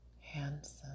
handsome